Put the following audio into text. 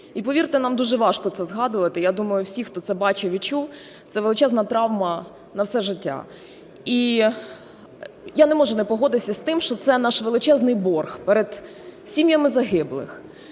І повірте, нам дуже важко це згадувати, я думаю, всі, хто це бачив і чув, це величезна травма на все життя. І я не можу не погодитися з тим, що це наш величезний борг перед сім'ями загиблих,